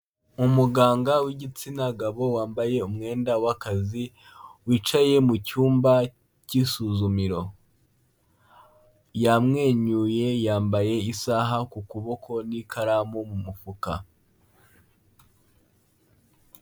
Umuganga w'igitsina gabo wambaye umwenda w'akazi, wicaye mu cyumba cy'isuzumiro. Yamwenyuye, yambaye isaha ku kuboko n'ikaramu mu mufuka.